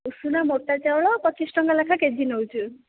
ଉଷୁନା ମୋଟା ଚାଉଳ ପଚିଶ ଟଙ୍କା ଲେଖା କେ ଜି ନେଉଛୁ